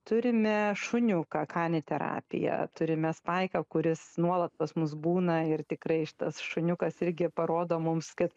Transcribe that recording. turime šuniuką kaniterapija turime spaiką kuris nuolat pas mus būna ir tikrai šitas šuniukas irgi parodo mums kad